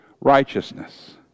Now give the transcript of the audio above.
righteousness